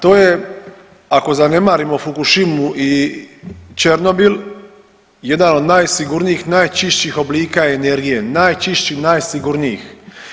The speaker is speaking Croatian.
To je ako zanemarimo Fokushimu i Černobil jedan od najsigurnijih, najčišćih oblika energije, najčišćih i najsigurnijih.